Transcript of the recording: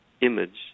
image